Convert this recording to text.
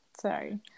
Sorry